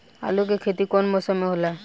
आलू के खेती कउन मौसम में होला?